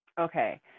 Okay